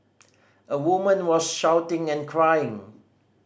a woman was shouting and crying